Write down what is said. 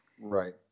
Right